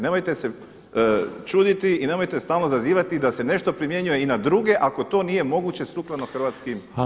Nemojte se čuditi i nemojte stalno zazivati da se nešto primjenjuje i na druge ako to nije moguće sukladno hrvatskim zakonima.